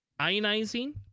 Ionizing